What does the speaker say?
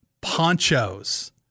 ponchos